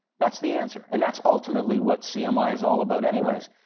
that's the answer. and that's ultimately what cmi is all about anyways.